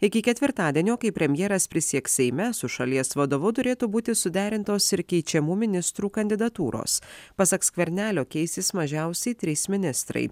iki ketvirtadienio kai premjeras prisieks seime su šalies vadovu turėtų būti suderintos ir keičiamų ministrų kandidatūros pasak skvernelio keisis mažiausiai trys ministrai